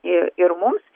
ir ir mums